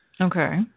Okay